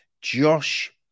Josh